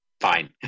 Fine